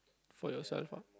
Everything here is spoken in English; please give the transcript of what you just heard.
for yourself ah